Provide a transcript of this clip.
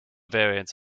variants